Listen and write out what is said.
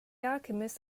alchemist